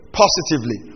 positively